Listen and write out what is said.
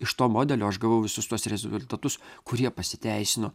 iš to modelio aš gavau visus tuos rezultatus kurie pasiteisino